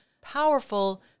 powerful